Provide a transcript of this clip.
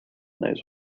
knows